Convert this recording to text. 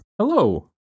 hello